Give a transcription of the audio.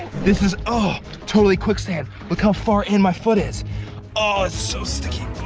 this is ah totally quicksand. look how far in my foot is. oh, it's so sticky.